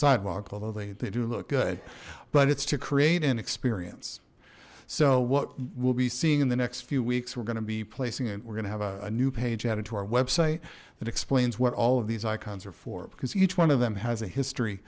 sidewalk although they they do look good but it's to create an experience so what we'll be seeing in the next few weeks we're going to be placing it we're gonna have a new page added to our website that explains what all of these icons are for because each one of them has a history